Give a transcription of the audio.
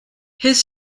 his